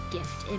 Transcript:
Gift